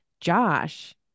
Josh